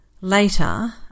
Later